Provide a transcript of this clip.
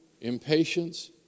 impatience